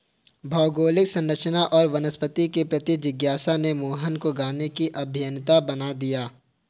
भौगोलिक संरचना और वनस्पति के प्रति जिज्ञासा ने मोहन को गाने की अभियंता बना दिया